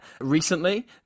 recently